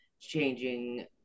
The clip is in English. Changing